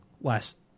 last